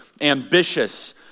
ambitious